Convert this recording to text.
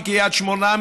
מקרית שמונה,